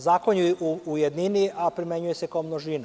Zakon je u jednini, a primenjuje se kao množina.